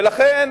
לכן